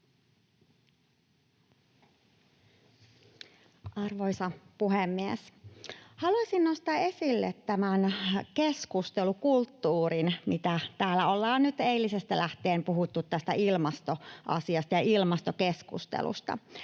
Arvoisa puhemies! Haluaisin nostaa esille tämän keskustelukulttuurin, kun täällä ollaan nyt eilisestä lähtien puhuttu tästä ilmastoasiasta ja ilmastokeskustelusta.